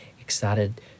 excited